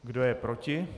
Kdo je proti?